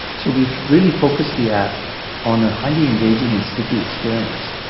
so we really focus the app on a highly engaging and sticky experience,